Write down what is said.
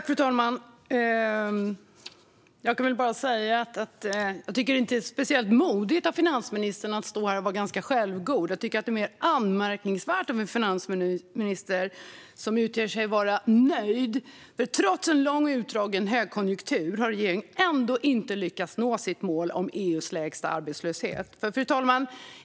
Fru talman! Jag tycker inte att det är speciellt modigt av finansministern att stå här och vara ganska självgod. Det är anmärkningsvärt med en finansminister som utger sig för att vara nöjd. Trots en lång och utdragen högkonjunktur har ju regeringen inte lyckats nå sitt mål om EU:s lägsta arbetslöshet. Fru talman!